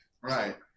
Right